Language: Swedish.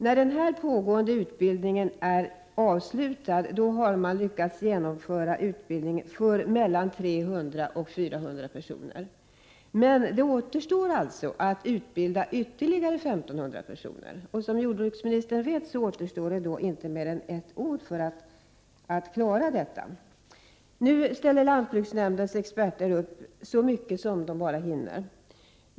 När den pågående utbildningen är avslutad kommer man att ha lyckats genomföra utbildning för 300-400 personer. Men ytterligare 1 500 personer återstår att utbilda, och som jordbruksministern vet har man bara ett år på sig att klara av detta. Nu ställer lantbruksnämndens experter upp så mycket som de har möjlighet till.